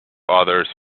others